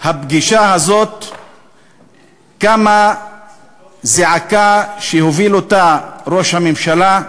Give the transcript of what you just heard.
הפגישה הזאת קמה זעקה, שהוביל ראש הממשלה,